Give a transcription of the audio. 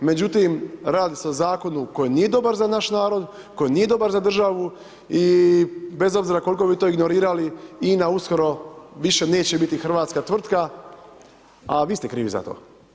Međutim, radi se o zakonu koji nije dobar za naš narod, koji nije dobar za državu i bez obzira koliko vi to ignorirali INA uskoro više neće biti hrvatska tvrtka a vi ste krivi za to.